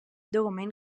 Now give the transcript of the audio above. document